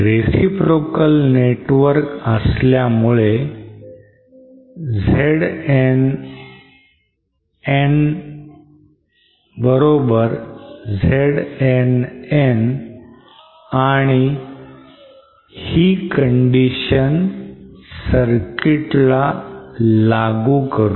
reciprocal network असल्यामुळे Zn'n"Zn"n' आणि ही condition circuit ला लागू करू